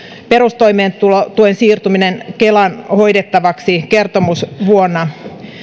perustoimeentulotuen siirtyminen kelan hoidettavaksi kertomusvuonna